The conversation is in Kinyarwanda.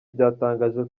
ryatangaje